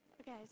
Okay